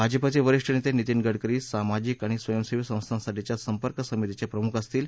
भाजपचे वरिष्ठ नेते नितीन गडकरी सामाजिक आणि स्वयंसेवी संस्थांसाठीच्या संपर्क समितीचे प्रमुख असतील